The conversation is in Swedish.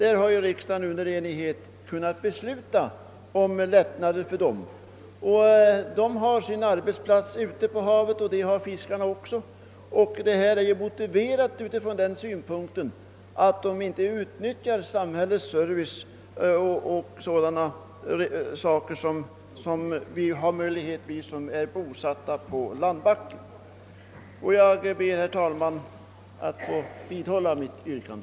En enig riksdag har ju kunnat fatta beslut om lättnader för denna yrkeskategori, som liksom fiskarna har sin arbetsplats ute på havet. Det aktuella förslaget är motiverat också mot bakgrunden av att fiskarna liksom sjömännen inte utnyttjar samhällets service i samma utsträckning som övriga medborgare, bosatta på landbacken. Jag ber, herr talman, att få vidhålla mitt yrkande.